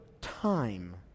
time